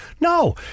No